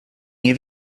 nie